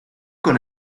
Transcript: con